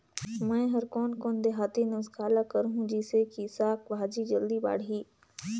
मै हर कोन कोन देहाती नुस्खा ल करहूं? जिसे कि साक भाजी जल्दी बाड़ही?